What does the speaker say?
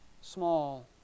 small